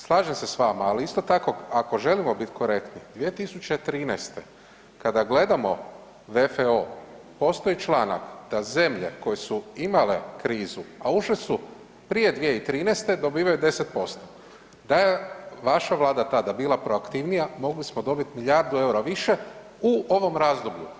Slažem se s vama, ali isto tako, ako želimo biti korektni, 2013. kada gledamo VFO, postoji članak da zemlje koje su imale krizu, a ušle su prije 2013. dobivaju 10%, da je vaša Vlada tada bila proaktivnija, mogli smo dobiti milijardu eura više u ovom razdoblju.